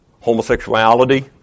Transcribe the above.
homosexuality